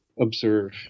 observe